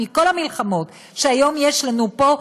מכל המלחמות שהיום יש לנו פה,